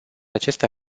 acestea